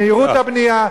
מהירות הבנייה.